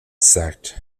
sect